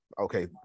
okay